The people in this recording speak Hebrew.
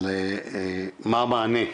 למה המענה,